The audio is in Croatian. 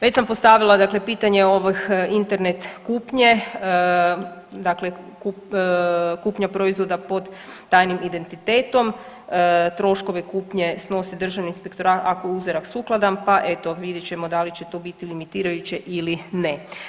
Već sam postavila dakle pitanje ovih internet kupnje, dakle kupnja proizvoda pod tajnim identitetom, troškove kupnje snose Državni inspektorat ako je uzorak sukladan, pa eto, vidjet ćemo da li će to biti limitirajuće ili ne.